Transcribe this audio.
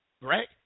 Right